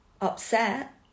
upset